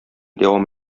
дәвам